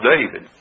David